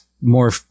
more